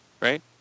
right